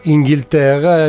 Inghilterra